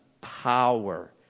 power